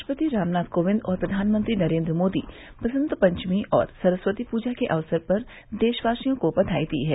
राष्ट्रपति रामनाथ कोविंद और प्रधानमंत्री नरेन्द्र मोदी वसंत पंचमी और सरस्वती पूजा के अवसर पर देशवासियों को बधाई दी है